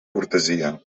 cortesia